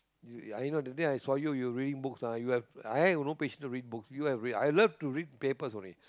I know that day I see you reading book ah you have I have no patience to read book you have read I love to read papers only